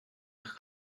eich